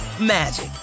magic